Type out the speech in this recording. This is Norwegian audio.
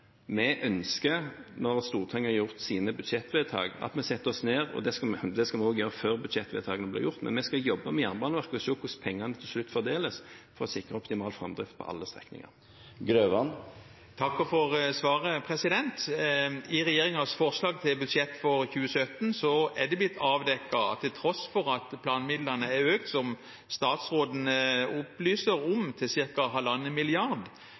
Vi ønsker, når Stortinget har gjort sine budsjettvedtak, at vi setter oss ned og jobber med Jernbaneverket – det skal vi også gjøre før budsjettvedtakene blir gjort – og ser på hvordan pengene til slutt fordeles, for å sikre optimal framdrift på alle strekninger. Jeg takker for svaret. I regjeringens forslag til budsjett for 2017 er det blitt avdekket at til tross for at planmidlene er blitt økt, som statsråden opplyser om, til ca. halvannen milliard